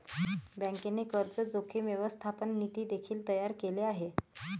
बँकेने कर्ज जोखीम व्यवस्थापन नीती देखील तयार केले आहे